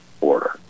order